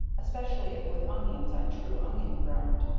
especially if with onions on true onion ground.